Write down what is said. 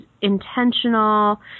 intentional